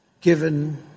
given